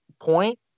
point